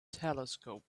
telescope